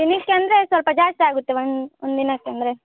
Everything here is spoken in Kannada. ದಿನಕ್ಕೆ ಅಂದರೆ ಸ್ವಲ್ಪ ಜಾಸ್ತಿ ಆಗುತ್ತೆ ಒನ್ ಒಂದು ದಿನಕ್ಕೆ ಅಂದರೆ